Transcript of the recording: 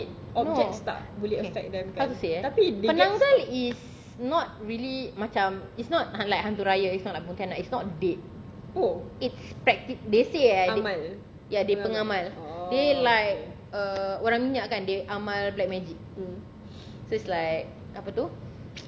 no how to say eh penanggal is not really macam it's not like hantu raya it's not like pontianak it's not dead oh it's practice they say eh they pengamal they like orang minyak kan amal black magic so it's like apa tu